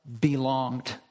belonged